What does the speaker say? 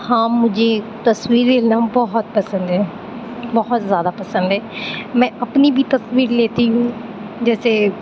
ہاں مجھے تصویریں لینا بہت پسند ہے بہت زیادہ پسند ہے میں اپنی بھی تصویر لیتی ہوں جیسے